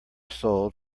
sold